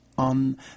on